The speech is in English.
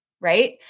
right